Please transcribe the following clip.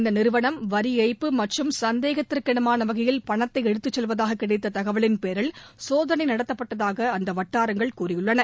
இந்த நிறுவனம் வரி ஏய்ப்பு மற்றும் சந்தேகத்திற்கு இடமான வகையில் பணத்தை எடுத்துச் செல்வதாக கிடைத்த தகவலின்பேரில் சோதனை நடத்தப்பட்டதாக அந்த வட்டாரங்கள் கூறியுள்ளன